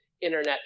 internet